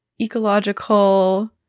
ecological